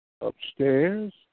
upstairs